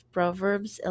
Proverbs